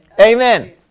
Amen